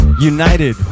united